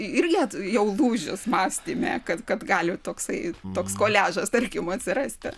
ir net jau lūžis mąstyme kad kad gali toksai toks koliažas tarkim atsirasti